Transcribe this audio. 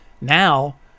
Now